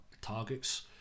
targets